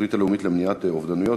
התוכנית הלאומית למניעת אובדנות.